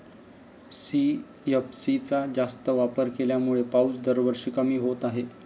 CFC चा जास्त वापर झाल्यामुळे पाऊस दरवर्षी कमी होत आहे